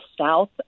South